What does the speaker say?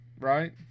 right